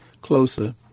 closer